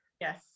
yes